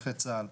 נכי צה"ל.